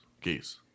Geese